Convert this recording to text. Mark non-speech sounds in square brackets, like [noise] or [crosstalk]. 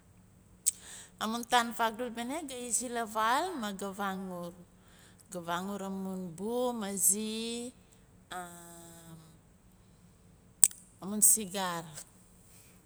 Amun taim fakdul bene gai izi la vaal ma gai vangor ga vangor amun bu ma zi [hesitation] amun sigar